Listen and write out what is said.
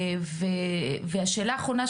והשאלה האחרונה,